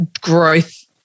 growth